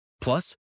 Plus